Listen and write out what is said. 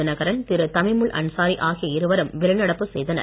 தினகரன் தமிம்முல் அன்சாரி ஆகிய இருவரும்வெளிநடப்பு செய்தனர்